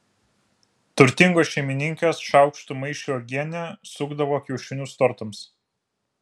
turtingos šeimininkės šaukštu maišė uogienę sukdavo kiaušinius tortams